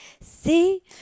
see